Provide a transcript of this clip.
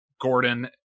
Gordon